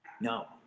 No